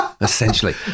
essentially